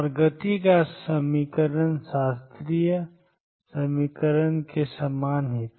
और गति का समीकरण शास्त्रीय समीकरण के समान ही था